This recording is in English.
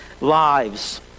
lives